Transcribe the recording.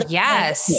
yes